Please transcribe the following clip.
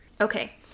okay